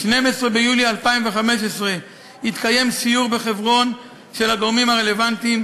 12 ביולי 2015 התקיים סיור בחברון של הגורמים הרלוונטיים: